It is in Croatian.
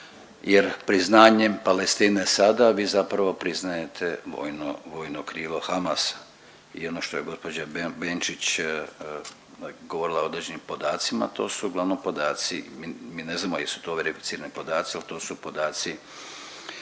jer priznanjem Palestine sada vi zapravo priznajete vojno, vojno krilo Hamas i ono što je gđa. Benčić govorila o određenim podacima, to su uglavnom podaci, mi, mi ne znamo jesu to …/Govornik se ne razumije./… podaci, al to su podaci